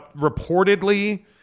reportedly